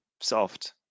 soft